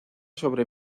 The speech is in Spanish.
sobre